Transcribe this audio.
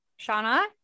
shauna